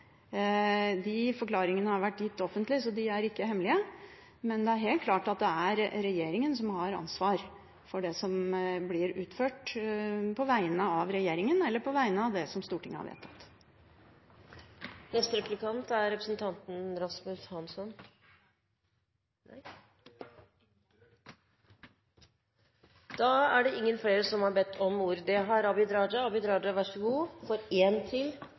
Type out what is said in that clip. De forklaringene har vært gitt offentlig, så de er ikke hemmelige, men det er helt klart at det er regjeringen som har ansvaret for at det blir utført – på vegne av regjeringen, eller på vegne av det som Stortinget har vedtatt. Neste replikant er representanten Rasmus Hansson. Jeg frafaller den replikken. Representanten Abid Q. Raja har bedt om en replikk til – vær så god. Vi må benytte oss av muligheten, for